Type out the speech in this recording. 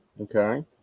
Okay